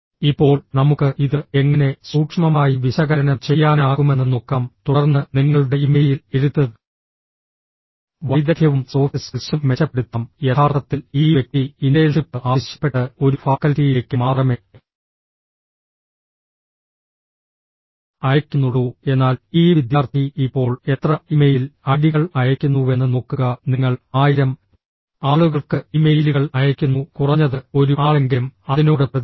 ഇപ്പോൾ നമുക്ക് ഇത് എങ്ങനെ സൂക്ഷ്മമായി വിശകലനം ചെയ്യാനാകുമെന്ന് നോക്കാം തുടർന്ന് നിങ്ങളുടെ ഇമെയിൽ എഴുത്ത് വൈദഗ്ധ്യവും സോഫ്റ്റ് സ്കിൽസും മെച്ചപ്പെടുത്താം യഥാർത്ഥത്തിൽ ഈ വ്യക്തി ഇന്റേൺഷിപ്പ് ആവശ്യപ്പെട്ട് ഒരു ഫാക്കൽറ്റിയിലേക്ക് മാത്രമേ അയയ്ക്കുന്നുള്ളൂ എന്നാൽ ഈ വിദ്യാർത്ഥി ഇപ്പോൾ എത്ര ഇമെയിൽ ഐഡികൾ അയയ്ക്കുന്നുവെന്ന് നോക്കുക നിങ്ങൾ 1000 ആളുകൾക്ക് ഇമെയിലുകൾ അയയ്ക്കുന്നു കുറഞ്ഞത് ഒരു ആളെങ്കിലും അതിനോട് പ്രതികരിക്കും